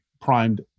primed